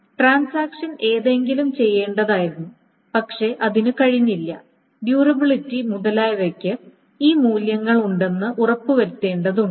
transaction എന്തെങ്കിലും ചെയ്യേണ്ടതായിരുന്നു പക്ഷേ അതിന് കഴിഞ്ഞില്ല ഡ്യൂറബിലിറ്റി മുതലായവയ്ക്ക് ഈ മൂല്യങ്ങൾ ഉണ്ടെന്ന് ഉറപ്പുവരുത്തേണ്ടതുണ്ട്